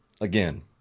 Again